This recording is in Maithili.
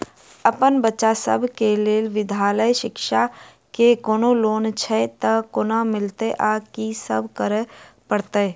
अप्पन बच्चा सब केँ लैल विधालय शिक्षा केँ कोनों लोन छैय तऽ कोना मिलतय आ की सब करै पड़तय